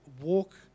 walk